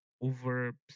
over